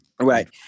Right